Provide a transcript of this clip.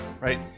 right